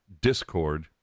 Discord